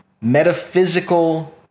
metaphysical